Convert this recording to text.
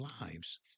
lives